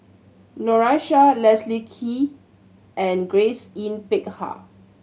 Noor Aishah Leslie Kee and Grace Yin Peck Ha